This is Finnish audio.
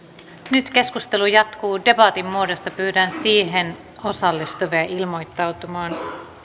nyt keskustelu jatkuu debatin muodossa pyydän siihen osallistuvia ilmoittautumaan